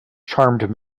charmed